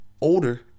older